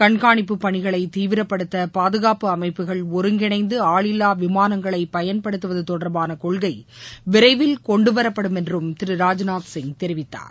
கண்காணிப்பு பணிகளை தீவிரப்படுத்த பாதுகாப்பு அமைப்புகள் ஒருங்கிணைந்து ஆளிலில்லா விமானங்களை பயன்படுத்துவது தொடர்பான கொள்கை விரைவில் கொண்டுவரப்படும் என்றும் திரு ராஜ்நாத் சிங் தெரிவித்தார்